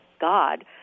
God